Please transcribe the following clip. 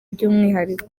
by’umwihariko